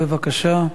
בבקשה.